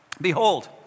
Behold